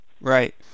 Right